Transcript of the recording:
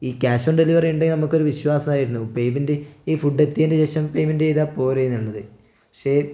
ഈ cash on delivery ഉണ്ടേൽ നമുക്ക് ഒരു വിശ്വാസമായിരുന്നു പേയ്മെൻറ്റ് ഈ ഫുഡ് എത്തിയതിന് ശേഷം പേയ്മെൻറ്റ് ചെയ്താൽ പോരേ എന്നുള്ളത് പക്ഷേ